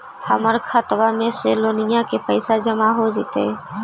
हमर खातबा में से लोनिया के पैसा जामा हो जैतय?